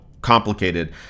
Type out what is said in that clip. complicated